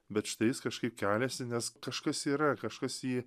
bet štai jis kažkaip keliasi nes kažkas yra kažkas jį